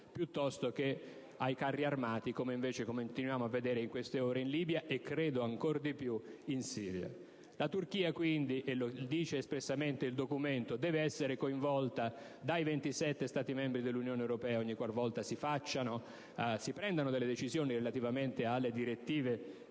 piuttosto che ai carri armati (come invece continuiamo a vedere in queste ore in Libia, e credo ancor di più in Siria). La Turchia quindi - e lo dice espressamente il Documento - deve essere coinvolta dai 27 Stati membri dell'Unione europea ogniqualvolta si prendano decisioni relativamente alle direttive